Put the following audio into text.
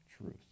truth